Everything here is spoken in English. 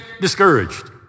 discouraged